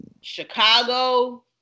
Chicago